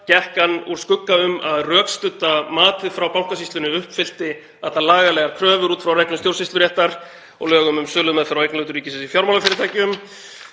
Gekk hann úr skugga um að rökstudda matið frá Bankasýslunni uppfyllti allar lagalegar kröfur út frá reglum stjórnsýsluréttar og lögum um sölumeðferð á eignarhlutum ríkisins í fjármálafyrirtækjum?